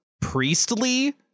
priestly